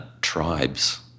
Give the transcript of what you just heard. tribes